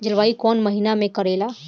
जलवायु कौन महीना में करेला?